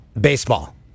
Baseball